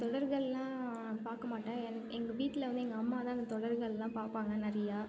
தொடர்கள்லாம் பார்க்க மாட்டேன் எனக் எங்கள் வீட்டில வந்து எங்கள் அம்மா தான் அந்த தொடர்கள்லாம் பார்ப்பாங்க நிறையா